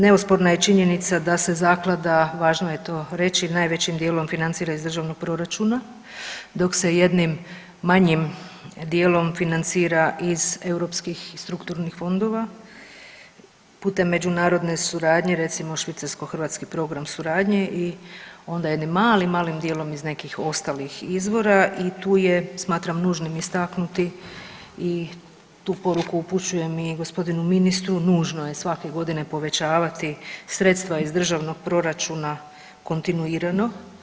Neosporna je činjenica da se zaklada, važno je to reći, najvećim dijelom financira iz državnog proračuna dok se jednim manjim dijelom financira iz europskih strukturnih fondova putem međunarodne suradnje recimo Švicarsko-hrvatski program suradnje i onda jednim malim, malim dijelom iz nekih ostalih izvora i tu je smatram nužnim istaknuti i tu poruku upućujem i gospodinu ministru nužno je svake godine povećavati sredstva iz državnog proračuna kontinuirano.